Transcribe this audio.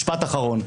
משפט אחרון,